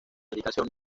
indicación